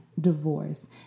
divorce